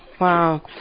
Wow